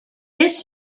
this